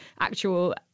actual